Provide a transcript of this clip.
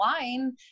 wine